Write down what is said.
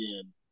again